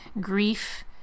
Grief